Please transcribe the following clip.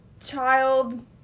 Child